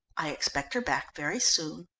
i expect her back very soon.